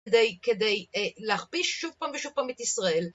כדי להכפיש שוב פעם ושוב פעם את ישראל.